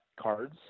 cards